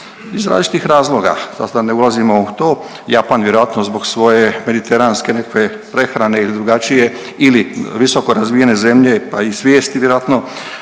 iz različitih razloga sad da ne ulazimo u to. Japan vjerojatno zbog svoje mediteranske nekakve prehrane i drugačije ili visokorazvijene zemlje pa i svijesti vjerojatno.